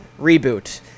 reboot